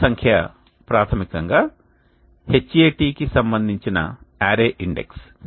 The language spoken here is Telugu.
రోజు సంఖ్య ప్రాథమికంగా Hat కి సంబంధించిన array ఇండెక్స్